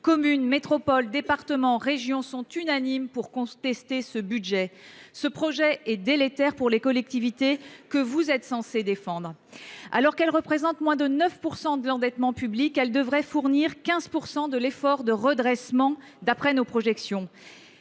Communes, métropoles, départements et régions sont unanimes pour contester le projet de budget pour 2025 : il est délétère pour les collectivités, que vous êtes censée défendre. Alors qu’elles représentent moins de 9 % de l’endettement public, elles devraient fournir 15 % de l’effort de redressement, d’après nos projections.